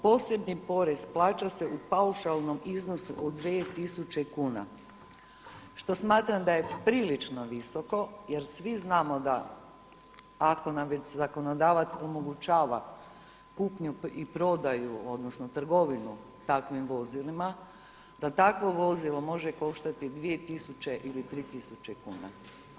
Posebni porez plaća se u paušalnom iznosu od 2 tisuće kuna, što smatram da je prilično visoko jer svi znamo da ako nam već zakonodavac omogućava kupnju i prodaju odnosno trgovinu takvim vozilima, da takvo vozilo može koštati 2 tisuće ili 3 tisuće kuna.